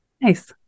nice